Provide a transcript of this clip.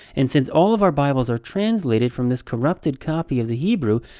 and since all of our bibles are translated from this corrupted copy of the hebrew,